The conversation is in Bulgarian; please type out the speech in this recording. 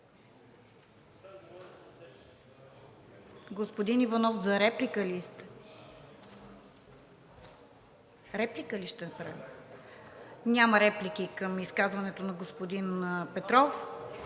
Господин Иванов, за реплика ли сте? Реплика ли ще направите? Няма реплики към изказването на господин Петров.